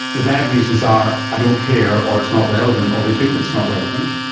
the bad reasons are i don't care or it's not relevant or they think it's not relevant,